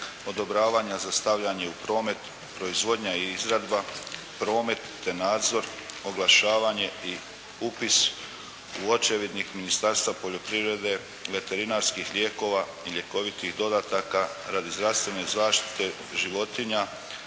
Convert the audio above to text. odobravanja za stavljanje u promet, proizvodnja i izradba, promet, te nadzor, oglašavanje i upis u očevidnik Ministarstva poljoprivrede veterinarskih lijekova i ljekovitih dodataka radi zdravstvene zaštite životinja